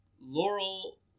Laurel